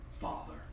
Father